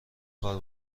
کار